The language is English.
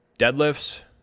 deadlifts